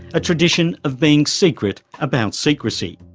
a tradition of being secret about secrecy.